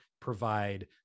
provide